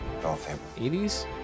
80s